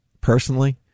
personally